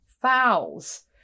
fouls